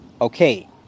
Okay